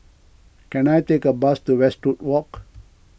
can I take a bus to Westwood Walk